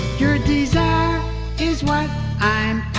your desire is what i'm